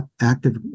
active